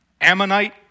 Ammonite